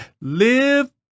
live